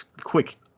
quick